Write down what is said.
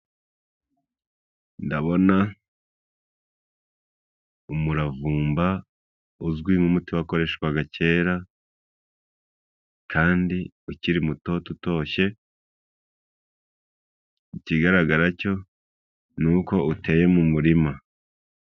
Ndabona umuravumba uzwi mu muti wakoreshwaga kera kandi ukiri mutoto utoshye, ikigaragara cyo ni uko uteye mu murima.